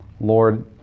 Lord